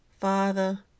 Father